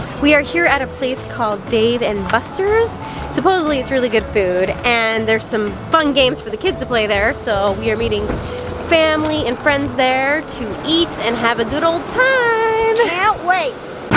we are here at a place called dave and buster's supposedly it's really good food and there's some fun games for the kids to play there so we are meeting family and friends there to eat and have a good ol' time! can't wait